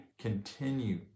continue